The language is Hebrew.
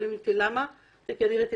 שואלים אותי למה ואני אומרת שזה מכיוון